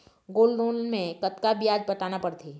Gold loan मे कतका ब्याज पटाना पड़थे?